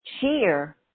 cheer